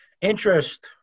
Interest